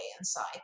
inside